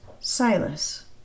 Silas